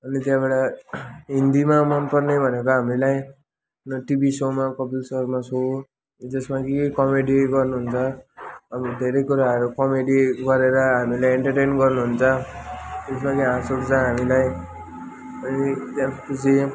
अनि त्यहाँबाट हिन्दीमा मन पर्ने भनेको हामीलाई टिभी सोमा कपिल शर्मा सो जसमा कि कमेडी गर्नुहुन्छ अनि धेरै कुराहरू कमेडी गरेर हामीलाई एन्टर्टेन गर्नुहुन्छ जसमा कि हाँस उठ्छ हामीलाई अनि त्यसपछि